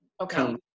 Okay